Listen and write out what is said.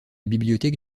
bibliothèque